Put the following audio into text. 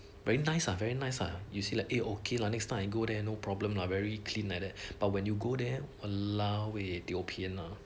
very nice ah very nice ah you see like eh okay lah next time go there no problem lah very clean like that but when you go there !walao! eh tio 骗 ah